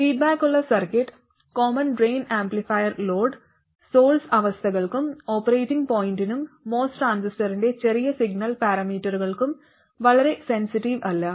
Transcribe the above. ഫീഡ്ബാക്കുള്ള circuit common drain amplifier load source അവസ്ഥകൾക്കും operating പോയിന്റിനും MOS ട്രാൻസിസ്റ്ററിന്റെ ചെറിയ സിഗ്നൽ പാരാമീറ്ററുകൾക്കും വളരെ സെൻസറ്റിവ് അല്ല